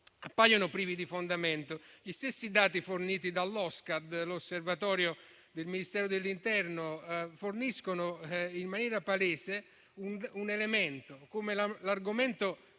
appaiono privi di fondamento. Gli stessi dati forniti dall'Oscad, l'osservatorio del Ministero dell'interno, dimostrano in maniera palese come l'argomento